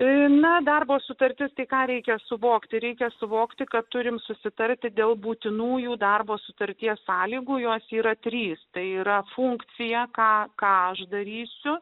ilgina darbo sutartis tik ką reikia suvokti reikia suvokti kad turime susitarti dėl būtinųjų darbo sutarties sąlygų jos yra trys tai yra funkciją ką ką aš darysiu